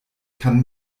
kann